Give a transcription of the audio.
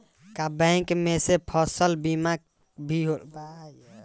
का बैंक में से फसल बीमा भी होला?